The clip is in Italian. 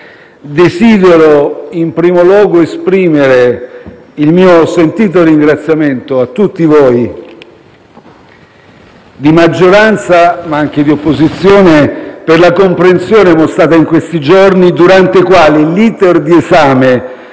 desidero in primo luogo esprimere il mio sentito ringraziamento a tutti voi, di maggioranza ma anche di opposizione, per la comprensione mostrata in questi giorni durante i quali l'*iter* di esame